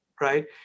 right